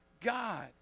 God